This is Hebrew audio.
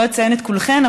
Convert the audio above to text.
לא אציין את כולכן,